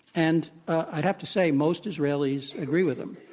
and i'd have to say most israelis agree with him.